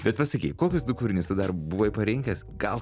bet pasakyk kokius du kūrinius tu dar buvai parinkęs gal